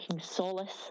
solace